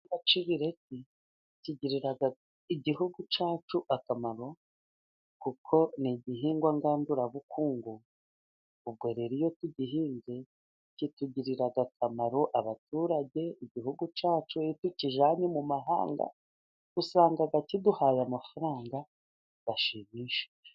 Igihingwa cy'ibireti kigirira Igihugu cyacu akamaro, kuko ni igihingwa ngandurabukungu, ubwo rero iyo tugihinze kitugirira akamaro, abaturage, Igihugu cyacu iyo tukijyanye mu mahanga, usanga kiduhaye amafaranga ashimishe.